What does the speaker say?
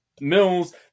Mills